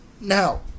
now